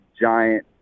giant